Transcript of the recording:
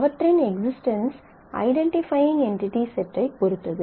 அவற்றின் existence identifying entity set ஐப் பொறுத்தது